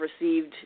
received